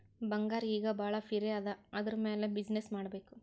ಬಂಗಾರ್ ಈಗ ಭಾಳ ಪಿರೆ ಅದಾ ಅದುರ್ ಮ್ಯಾಲ ಬಿಸಿನ್ನೆಸ್ ಮಾಡ್ಬೇಕ್